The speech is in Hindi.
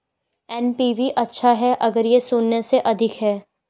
एन.पी.वी अच्छा है अगर यह शून्य से अधिक है